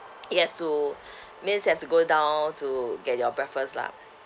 you have to means you have to go down to get your breakfast lah